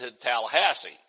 Tallahassee